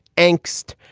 angst?